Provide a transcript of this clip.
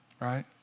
right